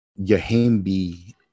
Yahimbi